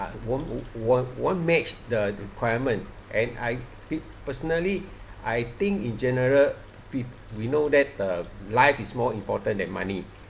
won~ whon~ what makes the requirement and I fe~ personally I think in general we we know that uh life is more important than money